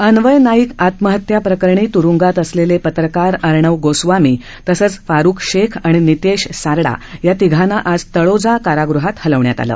अन्वय नाईक आत्महत्या प्रकरणी तुरूंगात असलेले पत्रकार अर्णब गोस्वामीतसेच फारुख शेख आणि नितेश सारडा या तिघांना आज तळोजा कारागृहात हलवण्यात आलं